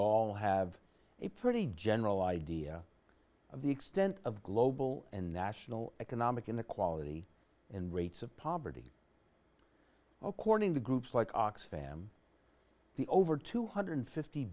all have a pretty general idea of the extent of global and national economic inequality and rates of poverty oak warning to groups like ox fam the over two hundred and fifty